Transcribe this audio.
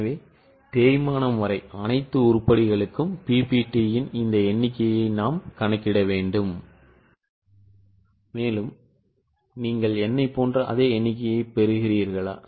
எனவே தேய்மானம் வரை அனைத்து உருப்படிகளுக்கும் PBTயின் இந்த எண்ணிக்கையை நாம் கணக்கிட வேண்டும் நீங்கள் என்னைப் போன்ற அதே எண்ணிக்கையைப் பெறுகிறீர்களா